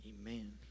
amen